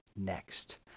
next